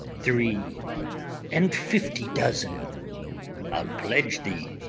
three and fifty dozen i'll pledge thee.